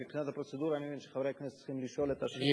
מבחינת הפרוצדורה אני מבין שחברי הכנסת צריכים לשאול את השאלה,